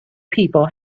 people